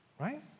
Right